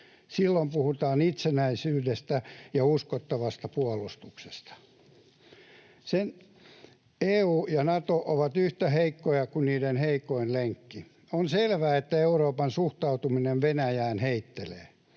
Silloin puhutaan itsenäisyydestä ja uskottavasta puolustuksesta. EU ja Nato ovat yhtä heikkoja kuin niiden heikoin lenkki. On selvää, että Euroopan suhtautuminen Venäjään heittelee.